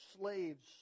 slaves